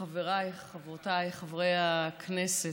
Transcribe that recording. חבריי, חברותיי, חברי הכנסת,